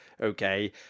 okay